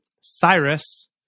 Cyrus